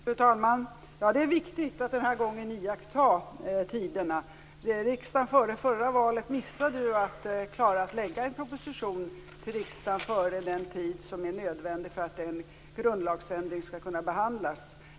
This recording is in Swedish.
Fru talman! Det är viktigt att denna gång iaktta tiderna. Regeringen som fanns före förra valet missade ju att lägga fram en proposition till riksdagen före den tid som är nödvändig för att en grundlagsändring skall kunna behandlas.